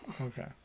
okay